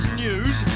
news